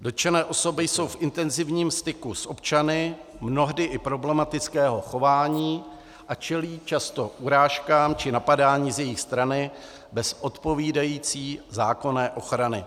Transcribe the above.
Dotčené osoby jsou v intenzivním styku s občany mnohdy i problematického chování a čelí často urážkám či napadání z jejich strany, bez odpovídající zákonné ochrany.